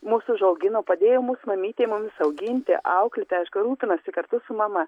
mus užaugino padėjo mūsų mamytė mums auginti auklėti aišku rūpinosi kartu su mama